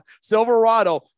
Silverado